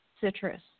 citrus